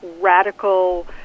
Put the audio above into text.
radical